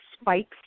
spikes